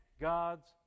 God's